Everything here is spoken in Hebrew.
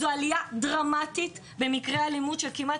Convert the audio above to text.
זאת עלייה דרמטית במקרי אלימות של כמעט